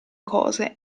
cose